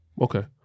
Okay